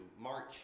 march